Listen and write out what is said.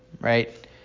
right